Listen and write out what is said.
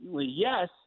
yes